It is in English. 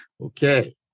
Okay